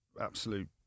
absolute